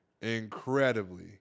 incredibly